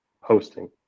hosting